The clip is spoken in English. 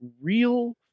real